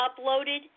uploaded